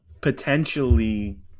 potentially